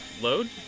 load